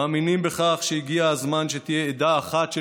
מאמינים בכך שהגיע הזמן שתהיה עדה אחת של